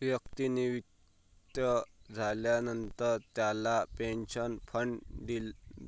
व्यक्ती निवृत्त झाल्यानंतर त्याला पेन्शन फंड